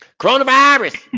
Coronavirus